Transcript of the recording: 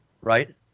Right